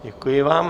Děkuji vám.